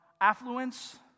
affluence